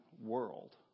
world